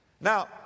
Now